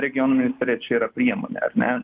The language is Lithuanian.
regionų ministerija čia yra priemonė ar ne